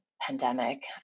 pandemic